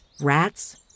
Rats